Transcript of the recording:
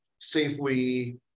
safely